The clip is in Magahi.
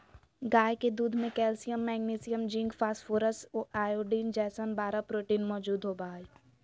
गाय के दूध में calcium, magnesium, zinc, phosphorus, iodine जैसन बारह प्रोटीन मौजूद होबा हइ